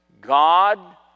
God